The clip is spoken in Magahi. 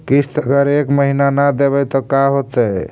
किस्त अगर एक महीना न देबै त का होतै?